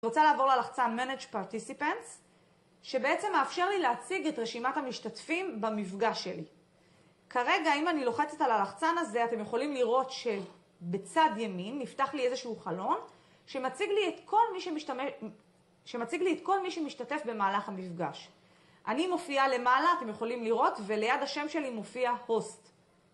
אני רוצה לעבור ללחצן Manage Participants, שבעצם מאפשר לי להציג את רשימת המשתתפים במפגש שלי. כרגע, אם אני לוחצת על הלחצן הזה, אתם יכולים לראות שבצד ימין נפתח לי איזשהו חלון שמציג לי את כל מי שמשתתף במהלך המפגש. אני מופיעה למעלה, אתם יכולים לראות, וליד השם שלי מופיע הוסט.